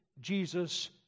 Jesus